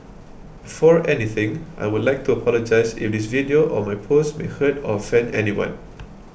before anything I would like to apologise if this video or my post may hurt or offend anyone